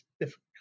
difficult